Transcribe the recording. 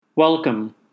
Welcome